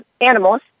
animals